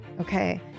okay